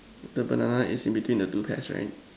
the banana is in between the two pears right